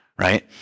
right